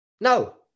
no